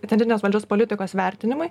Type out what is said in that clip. centrinės valdžios politikos vertinimui